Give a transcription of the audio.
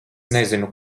nezinu